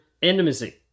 intimacy